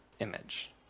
image